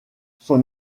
son